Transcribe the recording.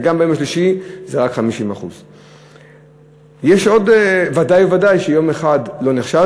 וגם ביום השלישי זה רק 50%. בוודאי ובוודאי שיום אחד לא נחשב,